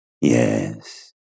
Yes